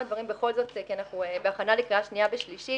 שאנחנו כבר בהכנה לקריאה שנייה ושלישית